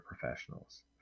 professionals